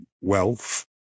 wealth